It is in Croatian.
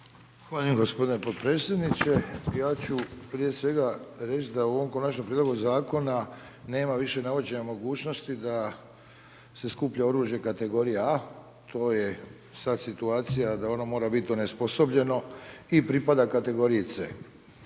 gospodine potpredsjedniče. Ja ću prije svega reći da u ovom Konačnom prijedlogu zakona nema više navođenja mogućnosti da se skuplja oružje kategorija A. To je sada situacija da ono mora biti onesposobljeno i pripada kategoriji C.